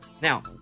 Now